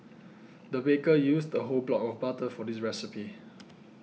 the baker used a whole block of butter for this recipe